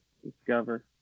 discover